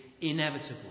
inevitable